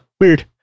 Weird